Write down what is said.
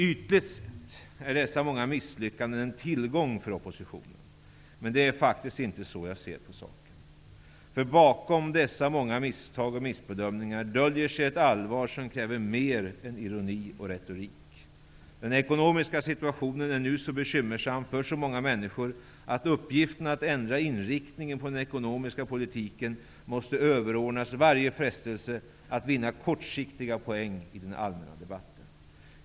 Ytligt sett är dessa många misslyckanden en tillgång för oppositionen. Men det är faktiskt inte så jag ser på saken. För bakom dessa många misstag och missbedömningar döljer sig ett allvar som kräver mer än ironi och retorik. Den ekonomiska situationen är nu så bekymmersam för så många människor att uppgiften att ändra inriktningen på den ekonomiska politiken måste överordnas varje frestelse att vinna kortsiktiga poäng i den allmänna debatten.